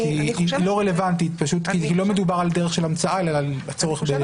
היא פשוט לא רלוונטית כי לא מדובר על דרך של המצאה אלא על הצורך באישור.